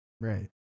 Right